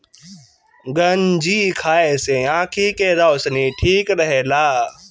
गंजी खाए से आंखी के रौशनी ठीक रहेला